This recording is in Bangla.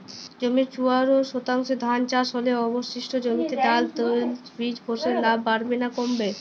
জমির চুয়াত্তর শতাংশে ধান চাষ হলে অবশিষ্ট জমিতে ডাল তৈল বীজ ফলনে লাভ বাড়বে না কমবে?